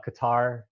Qatar